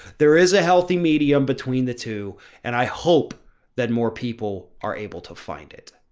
there is a healthy medium between the two and i hope that more people are able to find it.